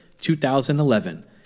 2011